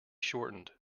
shortened